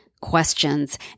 questions